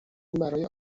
برای